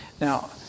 Now